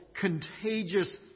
contagious